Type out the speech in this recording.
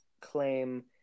claim